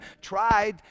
tried